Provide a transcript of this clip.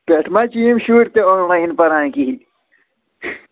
پٮ۪ٹھٕ مَہ چھِ یِم شُرۍ تہِ آن لایِن پران کِہیٖنۍ